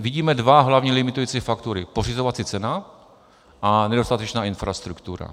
Vidíme dva hlavní limitující faktory pořizovací cena a nedostatečná infrastruktura.